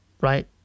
Right